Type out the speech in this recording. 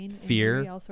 fear